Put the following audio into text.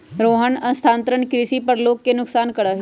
रोहन स्थानांतरण कृषि पर लोग के नुकसान करा हई